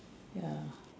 ya